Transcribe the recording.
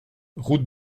route